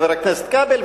חבר הכנסת כבל,